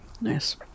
Nice